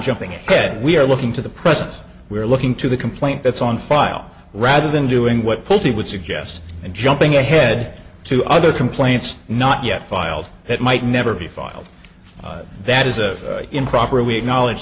jumping ahead we're looking to the present we're looking to the complaint that's on file rather than doing what pulte would suggest and jumping ahead to other complaints not yet filed that might never be filed that is a improper we acknowledge